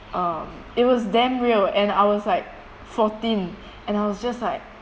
um it was damn real and I was like fourteen and I was just like